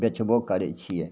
बेचबो करै छिए